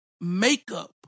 makeup